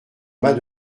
mas